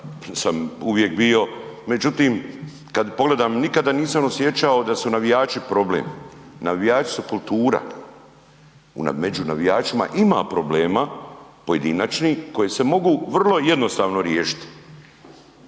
sam uvijek bio. Međutim, kad pogledam nikada nisam osjećao da su navijači problem, navijači su kultura. Među navijačima ima problema pojedinačnih koji se mogu vrlo jednostavno riješiti,